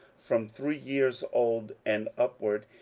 from three years old and upward,